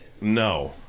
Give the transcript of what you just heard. no